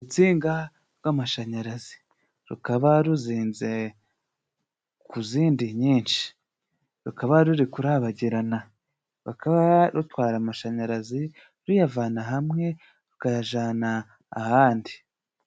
Urutsinga rw'amashanyarazi, rukaba ruzinze ku zindi nyinshi. Rukaba ruri kurabagirana, rukaba rutwara amashanyarazi ruyavana hamwe rukayajana ahandi.